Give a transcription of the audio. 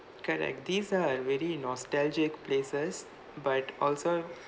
correct these are really nostalgic places but also